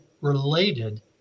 related